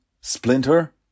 Splinter